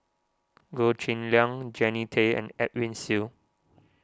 Goh Cheng Liang Jannie Tay and Edwin Siew